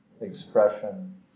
expression